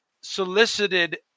solicited